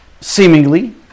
seemingly